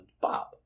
Bob